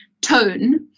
tone